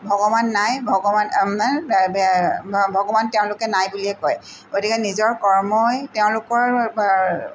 ভগৱান নাই ভগৱান ভগৱান তেওঁলোকে নাই বুলিয়েই কয় গতিকে নিজৰ কৰ্মই তেওঁলোকৰ